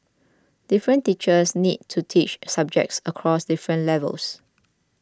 different teachers need to teach subjects across different levels